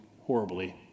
horribly